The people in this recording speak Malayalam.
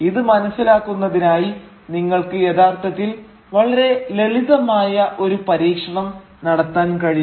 ഇത് മനസ്സിലാക്കുന്നതിനായി നിങ്ങൾക്ക് യഥാർത്ഥത്തിൽ വളരെ ലളിതമായ ഒരു പരീക്ഷണം നടത്താൻ കഴിയും